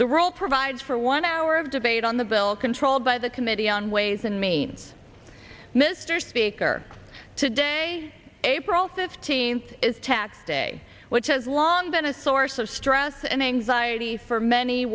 the role provides for one hour of debate on the bill controlled by the committee on ways and means mr speaker today april fifteenth is tax day which has long been a source of stress and anxiety for many